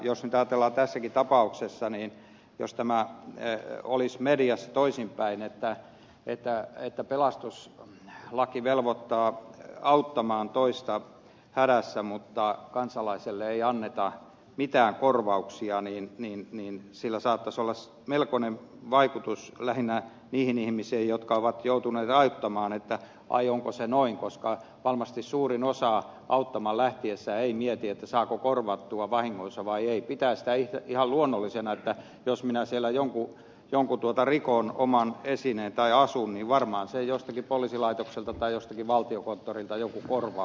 jos nyt ajatellaan tässäkin ta pauksessa niin jos tämä olisi mediassa toisinpäin että pelastuslaki velvoittaa auttamaan toista hädässä mutta kansalaiselle ei anneta mitään korvauksia niin sillä saattaisi olla melkoinen vaikutus lähinnä niihin ihmisiin jotka ovat joutuneet auttamaan että ai onko se noin koska varmasti suurin osa auttamaan lähtiessä ei mieti saako korvattua vahinkonsa vai ei pitää sitä ihan luonnollisena että jos minä siellä jonkun rikon oman esineen tai asun niin varmaan sen jostakin poliisilaitokselta tai jostakin valtiokonttorilta joku korvaa